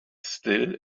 still